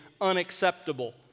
unacceptable